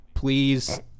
Please